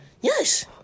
Yes